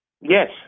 Yes